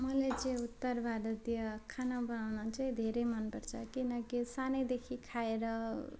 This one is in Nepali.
मलाई चाहिँ उत्तर भारतीय खाना बनाउनु चाहिँ धेरै मन पर्छ किनकि सानैदेखि खाएर